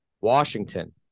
Washington